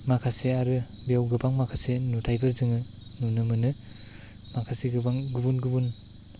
माखासे आरो बेयाव गोबां माखासे नुथायखौ जोङो नुनो मोनो माखासे गोबां गुबुन गुबुन